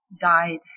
died